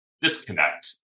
disconnect